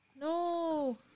No